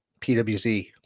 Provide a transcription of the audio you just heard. PWZ